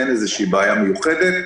אין איזו בעיה מיוחדת.